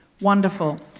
Wonderful